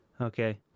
okay